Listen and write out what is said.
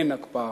אין הקפאה,